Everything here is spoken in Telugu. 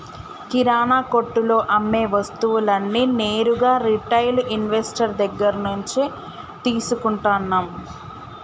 కిరణా కొట్టులో అమ్మే వస్తువులన్నీ నేరుగా రిటైల్ ఇన్వెస్టర్ దగ్గర్నుంచే తీసుకుంటన్నం